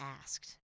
asked